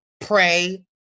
pray